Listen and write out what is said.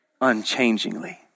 unchangingly